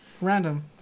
random